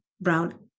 brown